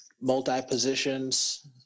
multi-positions